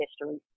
history